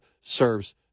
serves